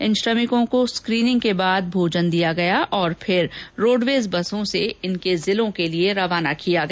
इन यात्रियों को स्कीनिंग के बाद भोजन दिया गया और फिर रोडवेज बसों से इनके जिलों के लिए रवाना किया गया